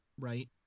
right